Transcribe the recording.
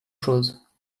chose